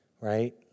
Right